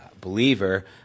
believer